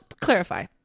clarify